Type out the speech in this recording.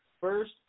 first